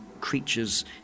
creatures